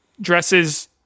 dresses